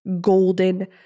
golden